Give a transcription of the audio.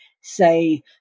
say